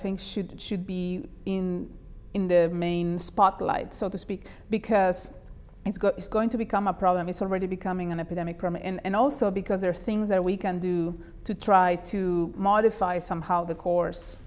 think should should be in in the main spotlight so to speak because it's going to become a problem it's already becoming an epidemic and also because there are things that we can do to try to modify somehow the course